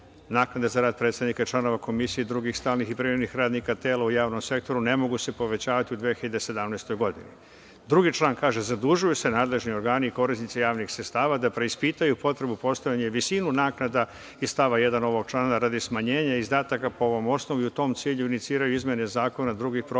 naknade za rad predsednika, članova komisije i drugih stalnih i privremenih radnika tela u javnom sektoru, ne mogu se povećavati u 2017. godini. Drugi član, kaže – zadužuju se nadležni organi i korisnici javnih sredstava da preispitaju potrebu postojanja visinu naknada iz stava 1. ovog člana, radi smanjenja izdataka po ovom osnovu, i u tom cilju iniciraju izmene zakona, drugih propisa,